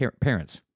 parents